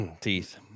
teeth